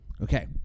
Okay